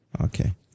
Okay